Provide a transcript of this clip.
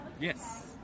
yes